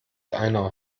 einer